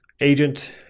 agent